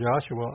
Joshua